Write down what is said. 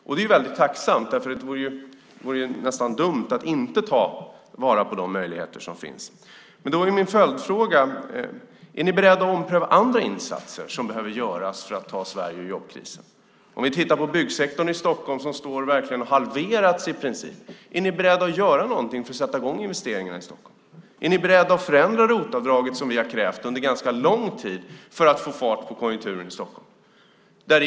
Det är väldigt tacksamt. Det vore ju nästan dumt att inte ta vara på de möjligheter som finns. Min följdfråga är då: Är ni beredda att ompröva andra insatser som behöver göras för att ta Sverige ur jobbkrisen? Byggsektorn i Stockholm har i princip halverats. Är ni beredda att göra något för att sätta i gång investeringarna i Stockholm? Är ni beredda att förändra ROT-avdraget, vilket vi har krävt under ganska lång tid, för att få fart på konjunkturen i Stockholm?